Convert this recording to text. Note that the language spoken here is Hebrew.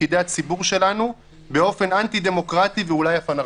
פקידי הציבור שלנו באופן אנטי דמוקרטי ואולי אף אנרכיסטי.